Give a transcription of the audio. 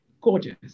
Gorgeous